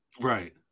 right